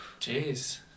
Jeez